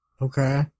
okay